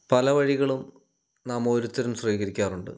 പല വഴികളും നാം ഓരോരുത്തരും സ്വീകരിക്കാറുണ്ട്